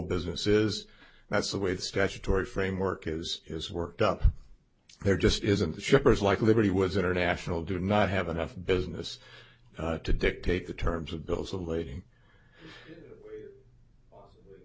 business is that's the way the statutory framework is is worked up there just isn't the shippers like liberty was international do not have enough business to dictate the terms of bills of lad